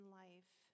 life